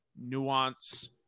nuance